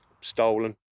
stolen